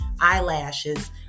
eyelashes